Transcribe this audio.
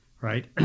right